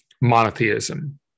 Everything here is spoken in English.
monotheism